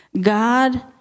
God